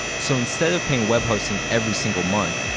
so, instead of paying web hosting every single month,